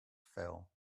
fell